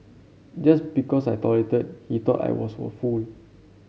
just because I tolerated he thought I was a fool